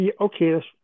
okay